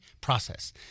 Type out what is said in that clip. process